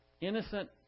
innocent